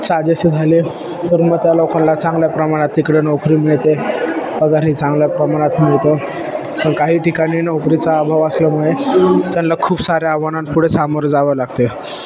साजेसे झाले तर मग त्या लोकाला चांगल्या प्रमाणात तिकडे नोकरी मिळते पगार ही चांगल्या प्रमाणात मिळतो पण काही ठिकाणी नोकरीचा अभाव असल्यामुळे त्याला खूप साऱ्या आव्हानांपुढे सामोरे जावं लागते